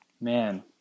man